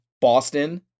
Boston